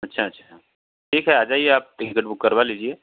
अच्छा अच्छा ठीक है आ जाइए आप टिकेट बुक करवा लीजिए